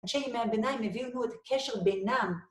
אנשי ימי הביניים הבינו את הקשר בינם.